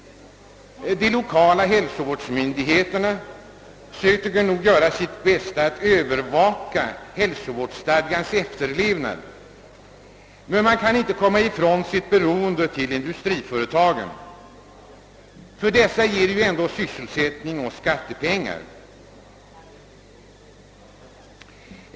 De lokala hälsovårdsmyndigheterna försöker nog göra sitt bästa för att övervaka hälsovårdsstadgans 'efterlevnad, men de kan inte komma ifrån sitt beroende av industriföretagen — dessa ger dock sysselsättning och 'skattepengar.